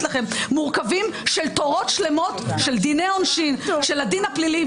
מורכבים של תורות שלמות של דיני עונשין של הדין הפלילי,